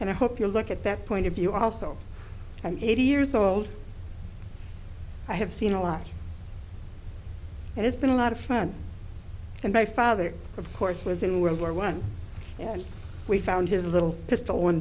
and i hope you look at that point of view also eighty years old i have seen a lot and it's been a lot of fun and my father of course was in world war one and we found his little pistol one